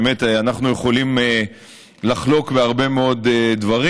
באמת, אנחנו יכולים לחלוק על הרבה מאוד דברים,